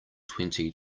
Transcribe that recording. twenty